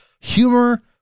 humor